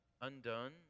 undone